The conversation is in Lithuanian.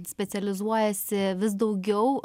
specializuojasi vis daugiau